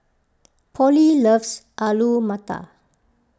Polly loves Alu Matar